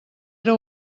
era